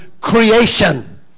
creation